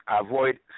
avoid